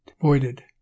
voided